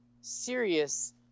serious